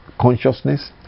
consciousness